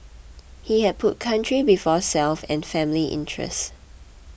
he had put country before self and family interest